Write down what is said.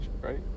right